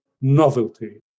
novelty